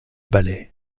balai